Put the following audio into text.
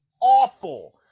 Awful